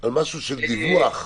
על משהו של דיווח.